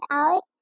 out